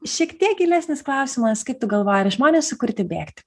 šiek tiek gilesnis klausimas kaip tu galvoji ar žmonės sukurti bėgti